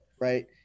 right